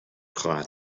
خواهد